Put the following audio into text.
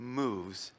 moves